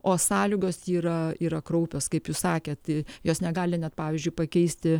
o sąlygos yra yra kraupios kaip jūs sakėt jos negali net pavyzdžiui pakeisti